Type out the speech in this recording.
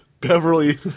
Beverly